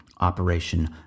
Operation